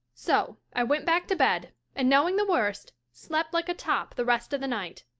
so i went back to bed, and knowing the worst, slept like a top the rest of the night.